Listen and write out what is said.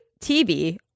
TV